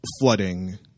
flooding